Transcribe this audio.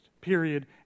period